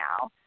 now